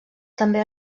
també